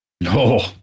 No